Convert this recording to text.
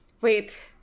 wait